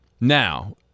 Now